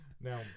Now